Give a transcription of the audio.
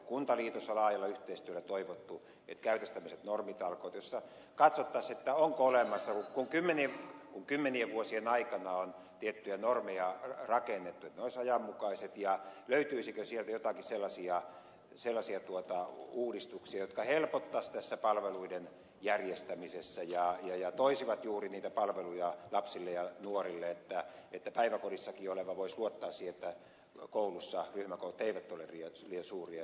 kuntaliitossa on laajalla yhteistyöllä toivottu että käytäisiin tämmöiset normitalkoot joissa katsottaisiin kun kymmenien vuosien aikana on tiettyjä normeja rakennettu että ne olisivat ajanmukaiset ja löytyisikö sieltä joitakin sellaisia uudistuksia jotka helpottaisivat palveluiden järjestämisessä ja toisivat juuri niitä palveluja lapsille ja nuorille että päiväkodissakin oleva voisi luottaa siihen että koulussa ryhmäkoot eivät ole liian suuria ja niin edelleen